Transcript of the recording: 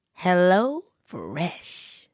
HelloFresh